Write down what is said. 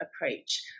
approach